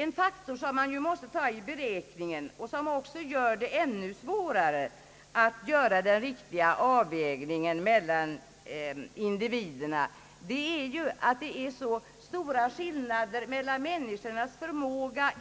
En faktor, som man måste ta med i beräkningen och som också gör en riktig avvägning mellan individerna ännu svårare, är det förhållandet att skillnaderna inom grupperna mellan män niskornas förmåga